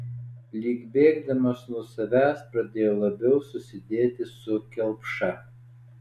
lyg bėgdamas nuo savęs pradėjo labiau susidėti su kelpša